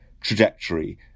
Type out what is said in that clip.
trajectory